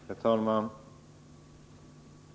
Herr talman!